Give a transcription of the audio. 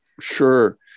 Sure